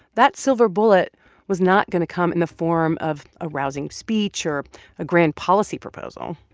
that silver bullet was not going to come in the form of a rousing speech or a grand policy proposal.